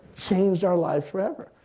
changed our lives forever.